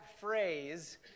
phrase